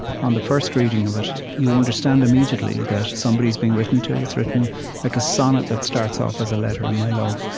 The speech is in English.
on the first reading of it, you understand immediately that somebody's being written to. it's written like a sonnet that starts off as a letter and my love.